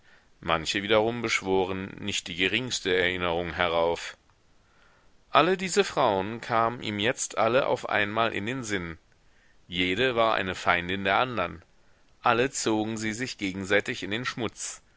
manche wiederum beschworen nicht die geringste erinnerung herauf alle diese frauen kamen ihm jetzt alle auf einmal in den sinn jede war eine feindin der andern alle zogen sie sich gegenseitig in den schmutz